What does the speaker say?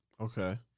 Okay